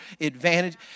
advantage